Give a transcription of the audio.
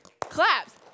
claps